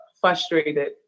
frustrated